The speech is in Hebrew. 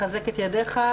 לחזק את ידיך.